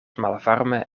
malvarme